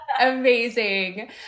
Amazing